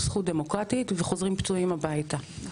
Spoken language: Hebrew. זכות דמוקרטית וחוזרים פצועים הביתה.